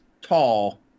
tall